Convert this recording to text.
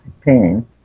pain